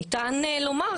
ניתן לומר,